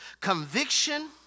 conviction